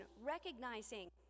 recognizing